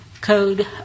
Code